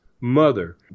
mother